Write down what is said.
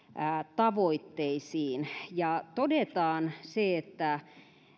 tavoitteisiin ja todetaan se että